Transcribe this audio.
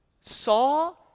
saw